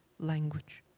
language?